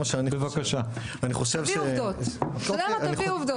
אתה יודע מה, תביא עובדות, אל תביא תחושות.